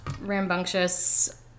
rambunctious